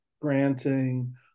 granting